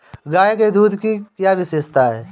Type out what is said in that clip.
गाय के दूध की क्या विशेषता है?